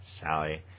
sally